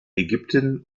ägypten